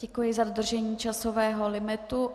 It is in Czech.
Děkuji za dodržení časového limitu.